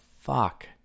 fuck